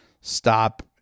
stop